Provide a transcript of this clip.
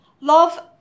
love